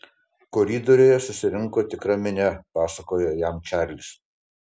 koridoriuje susirinko tikra minia pasakojo jam čarlis